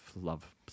love